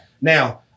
Now